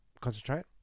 Concentrate